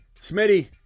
Smitty